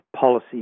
policy